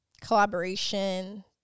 collaboration